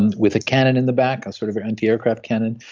and with a cannon in the back, and sort of an anti-aircraft cannon.